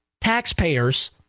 taxpayers